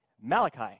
Malachi